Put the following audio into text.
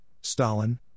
Stalin